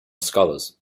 scholars